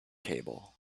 table